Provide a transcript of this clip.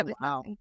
Wow